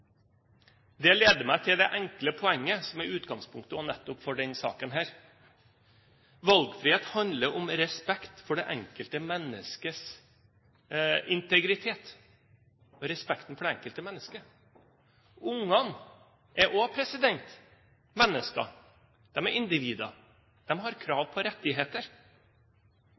Det leder meg til det enkle poenget som også er utgangspunktet nettopp for denne saken: Valgfrihet handler om respekt for det enkelte menneskets integritet og respekten for det enkelte mennesket. Barn er også mennesker. De er individer. De har krav på rettigheter.